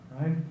right